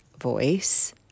voice